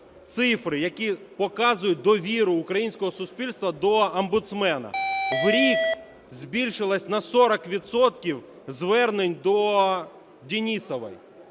цифри, які показують довіру українського суспільства до омбудсмена. В рік збільшилось на 40 відсотків звернень до Денісової.